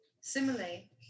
Similarly